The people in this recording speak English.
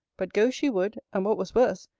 but go she would and, what was worse,